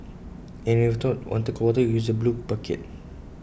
and if you wanted cold water you use the blue bucket